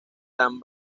dan